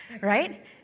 right